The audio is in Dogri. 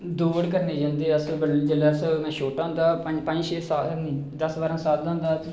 दौड़ करन जंदे अस बडले अस जेलै में छोटा होंदा हा पंज छे साल दा नेईं दस बारां साल दां होंदा हा नेईं